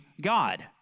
God